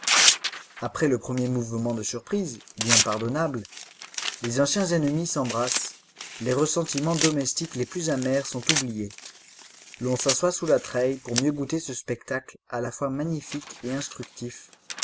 après le premier mouvement de surprise bien pardonnable les anciens ennemis s'embrassent les ressentiments domestiques les plus amers sont oubliés l'on s'assoit sous la treille pour mieux goûter ce spectacle à la fois magnifique et instructif